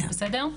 בסדר?